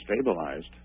stabilized